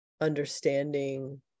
understanding